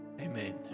Amen